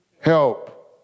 help